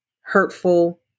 hurtful